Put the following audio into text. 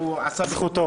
הוא עשה סיפור.